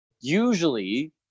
usually